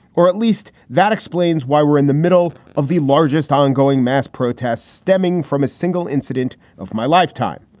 or at least that explains why we're in the middle of the largest ongoing mass protests stemming from a single incident of my lifetime.